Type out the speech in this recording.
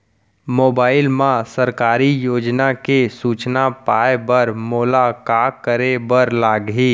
mobile मा सरकारी योजना के सूचना पाए बर मोला का करे बर लागही